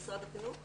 משרד החינוך?